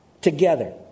together